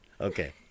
Okay